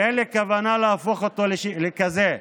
ואין לי כוונה להפוך אותו לכזה.